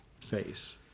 face